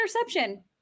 interception